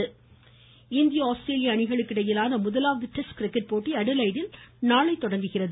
cricket இந்திய ஆஸ்திரேலிய அணிகளுக்கு இடையேயான முதலாவது டெஸ்ட் கிரிக்கெட் போட்டி அடிலைடில் நாளை தொடங்குகிறது